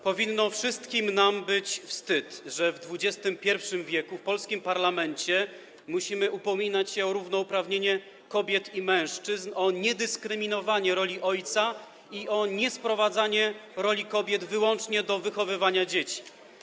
Powinno wszystkim nam być wstyd, że w XXI w. w polskim parlamencie musimy upominać się o równouprawnienie kobiet i mężczyzn, o niedyskryminowanie roli ojca i o niesprowadzanie roli kobiet wyłącznie do wychowywania dzieci.